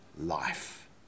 life